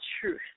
Truth